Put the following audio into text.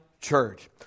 church